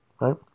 right